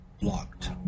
blocked